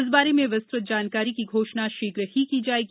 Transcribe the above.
इस बारे में विस्तुत जानकारी की घोषणा शीघ्र की जाएगी